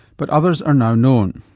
but others are now known.